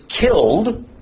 killed